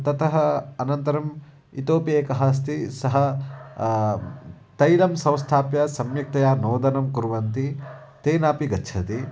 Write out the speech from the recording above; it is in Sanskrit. ततः अनन्तरम् इतोपि एकः अस्ति सः तैलं संस्थाप्य सम्यक्तया नोदनं कुर्वन्ति तेनापि गच्छति